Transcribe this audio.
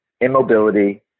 immobility